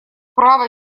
право